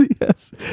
Yes